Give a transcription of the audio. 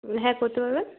ও হ্যাঁ করতে পারবেন